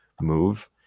move